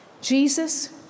Jesus